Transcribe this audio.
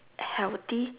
healthy